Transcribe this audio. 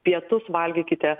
pietus valgykite